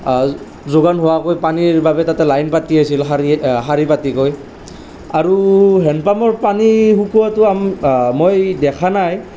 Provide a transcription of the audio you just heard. যোগান হোৱাকৈ পানীৰ বাবে তাতে লাইন পাতি আছিলোঁ শাৰী শাৰী পাতি গৈ আৰু হেণ্ডপাম্পৰ পানী শুকোৱাটো মই দেখা নাই